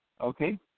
Okay